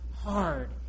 hard